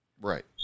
Right